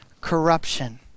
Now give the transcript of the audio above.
corruption